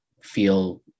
feel